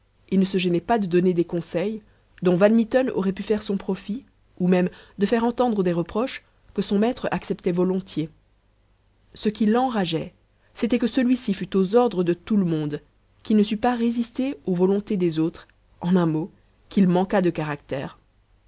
et ne se gênait pas de donner des conseils dont van mitten aurait pu faire son profit ou même de faire entendre des reproches que son maître acceptait volontiers ce qui l'enrageait c'était que celui-ci fût aux ordres de tout le monde qu'il ne sût pas résister aux volontés des autres en un mot qu'il manquât de caractère